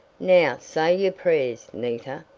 now say your prayers, nita,